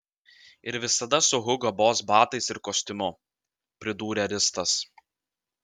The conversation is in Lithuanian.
ir visada su hugo boss batais ir kostiumu pridūrė ristas